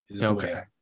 okay